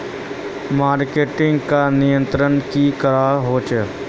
Marketing का नियंत्रण की करवा होचे?